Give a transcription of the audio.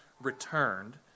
returned